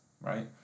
right